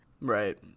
Right